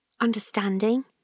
Understanding